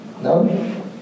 No